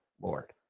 lord